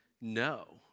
no